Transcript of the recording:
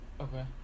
Okay